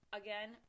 again